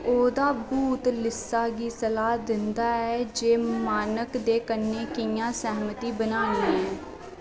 ओह्दा भूत लिस्सा गी सलाह् दिंदा ऐ जे मॉन्क दे कन्नै कि'यां सैह्मती बनानी ऐ